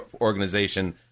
organization